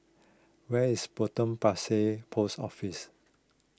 where is Potong Pasir Post Office